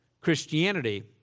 Christianity